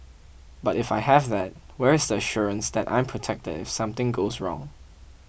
but if I have that where is the assurance that I'm protected if something goes wrong